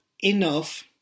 enough